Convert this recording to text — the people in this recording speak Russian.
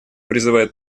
призывает